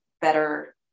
better